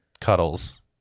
cuddles